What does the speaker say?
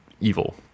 evil